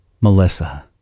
Melissa